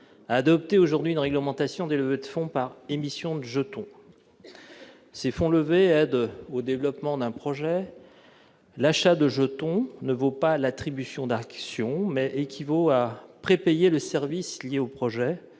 à adopter une réglementation des levées de fonds par émission de jetons, qui aident au développement d'un projet. L'achat de jetons ne vaut pas l'attribution d'actions, mais équivaut à prépayer le service lié au projet,